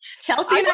Chelsea